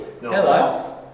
Hello